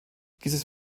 dieses